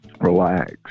relax